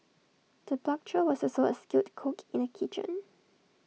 the butcher was also A skilled cook in the kitchen